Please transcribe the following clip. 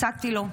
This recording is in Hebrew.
הצעתי לו,